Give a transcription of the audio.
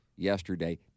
yesterday